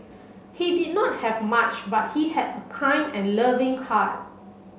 he did not have much but he had a kind and loving heart